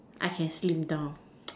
I can slim down